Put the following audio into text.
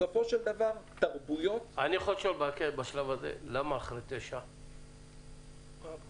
בסופו של דבר --- למה אחרי תשעה טסטים ולא פחות?